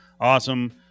awesome